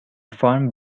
found